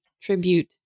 tribute